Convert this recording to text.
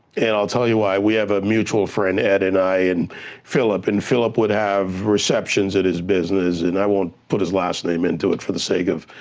and i'll tell you why. we have a mutual friend, ed and i, in philip, and philip would have receptions at his business, and i won't put his last name into it for the sake of,